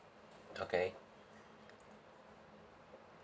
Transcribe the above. okay